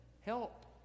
help